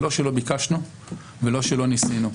ולא שלא ביקשנו ולא שלא ניסינו.